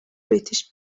british